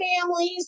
families